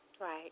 right